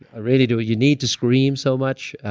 really? do you need to scream so much?